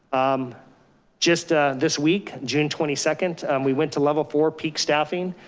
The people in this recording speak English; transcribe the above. um just ah this week, june twenty second, we went to level four peak staffing,